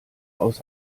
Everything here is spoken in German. aus